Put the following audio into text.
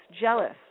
jealous